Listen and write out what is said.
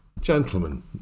Gentlemen